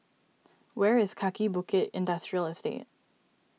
where is Kaki Bukit Industrial Estate